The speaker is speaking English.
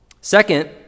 Second